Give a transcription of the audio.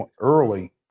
early